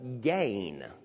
gain